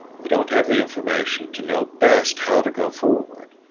we don't have the information to know best how to go forward